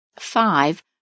Five